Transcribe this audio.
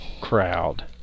crowd